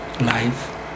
life